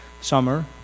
summer